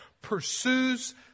pursues